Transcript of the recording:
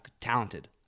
talented